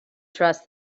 trust